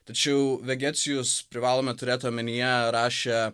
tačiau vegecijus privalome turėt omenyje rašė